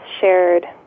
shared